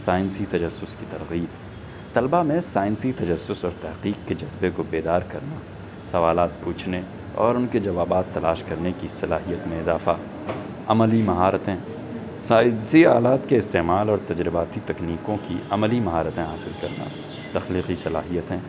سائنسی تجسس کی ترغیب طلبہ میں سائنسی تجسس اور تحقیق کے جذبے کو بیدار کرنا سوالات پوچھنے اور ان کے جوابات تلاش کرنے کی صلاحیت میں اضافہ عملی مہارتیں سائنسی آلات کے استعمال اور تجرباتی تکنیکوں کی عملی مہارتیں حاصل کرنا تخلیقی صلاحیتیں